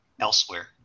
elsewhere